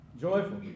joyful